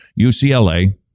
UCLA